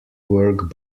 work